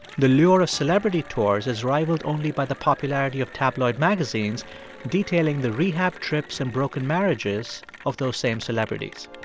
the lure of celebrity tours is rivaled only by the popularity of tabloid magazines detailing the rehab trips and broken marriages of those same celebrities